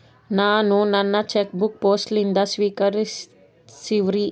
ನಾನು ನನ್ನ check book post ಲಿಂದ ಸ್ವೀಕರಿಸಿವ್ರಿ